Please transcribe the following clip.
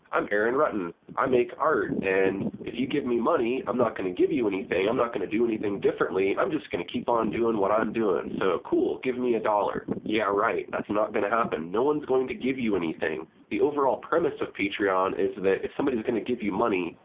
i'm aaron rutten. i make art and if you give me money, i'm not going to give you anything, i'm not going to do anything differently, i'm just going to keep on doin' what i'm doin'. so, cool, give me a dollar. yeah, right, that's not going to happen. no one's going to give you anything. the overall premise of patreon is that if somebody's going to give you money,